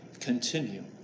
continue